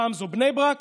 פעם זו בני ברק